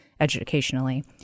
educationally